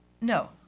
No